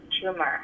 tumor